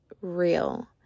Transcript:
real